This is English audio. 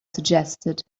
suggested